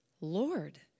Lord